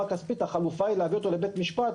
הכספית החלופה היא להביא אותו לבית משפט,